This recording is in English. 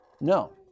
No